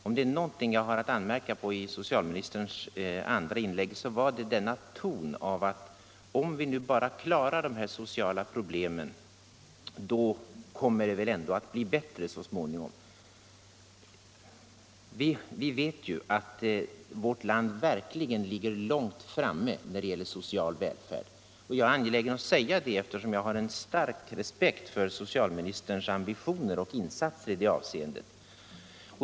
Om det är någonting jag har att anmärka på i socialministerns andra inlägg, så är det denna ton av att om vi nu bara klarar de här sociala problemen, då kommer det väl ändå att bli bättre så småningom. Vi vet att vårt land verkligen ligger långt framme när det gäller social välfärd, och jag är angelägen om att säga det, eftersom jag har en stark respekt för socialministerns ambitioner och insatser i det avseendet.